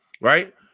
right